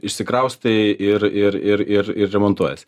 išsikraustai ir ir ir ir ir remontuojiesi